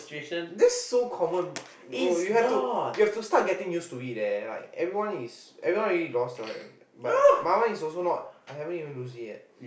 that's so common bro you have to you have to start getting used to it leh like everyone already lost what but my one is not I haven't even lose it yet